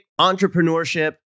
entrepreneurship